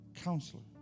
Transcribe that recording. counselor